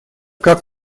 как